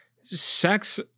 sex